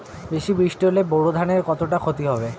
বেশি বৃষ্টি হলে বোরো ধানের কতটা খতি হবে?